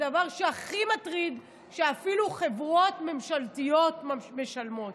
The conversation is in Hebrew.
הדבר שהכי מטריד הוא שאפילו חברות ממשלתיות משלמות.